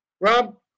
rob